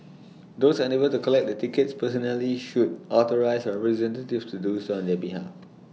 those unable to collect their tickets personally should authorise A recent to do so on their behalf